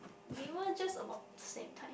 we were just about same time